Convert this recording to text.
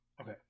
Okay